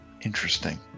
Interesting